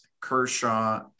Kershaw